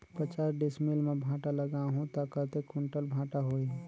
पचास डिसमिल मां भांटा लगाहूं ता कतेक कुंटल भांटा होही?